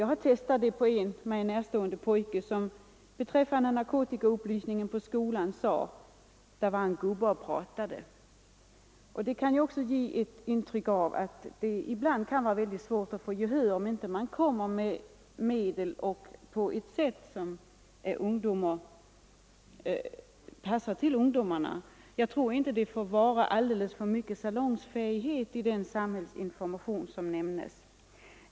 Jag har testat detta på en mig närstående pojke, som beträffande narkotikaupplysningen i skolan sade: ”Där var en gubbe och pratade.” Detta visar att det ibland kan vara mycket svårt att få gehör, om man inte kommer på ett sätt som passar ungdomarna. Jag tror inte det får vara för mycket salongsfähighet i den samhällsinformation som lämnas.